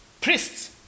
priests